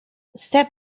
step